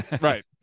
right